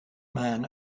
man